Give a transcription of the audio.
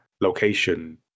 location